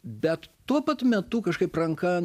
bet tuo pat metu kažkaip ranka